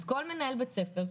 אז כל מנהל בית ספר,